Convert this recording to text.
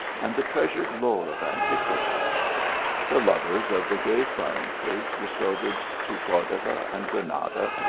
and the treasured lore of an tiquity the lovers of the gay sciences resorted to cordova and granada,